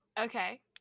Okay